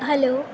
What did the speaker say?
hello